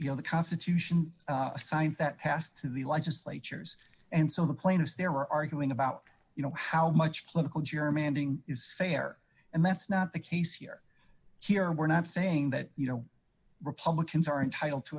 you know the constitution assigns that past to the legislatures and so the plaintiffs there were arguing about you know how much political german ending is fair and that's not the case here here we're not saying that you know republicans are entitled to